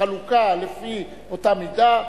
לחלוקה לפי אותה מידה,